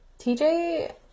TJ